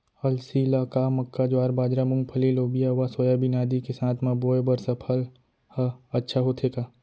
अलसी ल का मक्का, ज्वार, बाजरा, मूंगफली, लोबिया व सोयाबीन आदि के साथ म बोये बर सफल ह अच्छा होथे का?